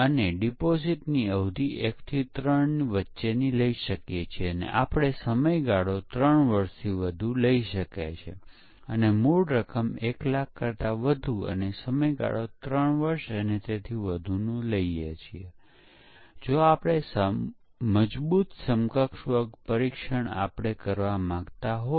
પરંતુ હાલની ડેવલપમેંટ પદ્ધતિ જેમ કે એજાઇલ પદ્ધતિ છે જેમાં પરીક્ષણ આખા ડેવલપમેંટ ચક્રમાં ફેલાયેલું છે અને V મોડેલમાં પણ ડેવલપમેંટના તમામ ચક્ર પર પરીક્ષણ કરવામાં આવ્યું છે